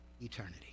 eternity